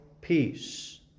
peace